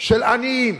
של עניים,